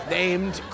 named